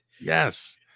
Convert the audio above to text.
Yes